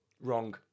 Wrong